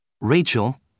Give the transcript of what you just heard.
Rachel